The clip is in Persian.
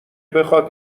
بخواد